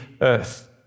earth